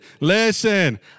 listen